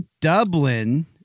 Dublin